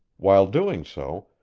while doing so,